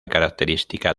característica